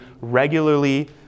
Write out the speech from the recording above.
regularly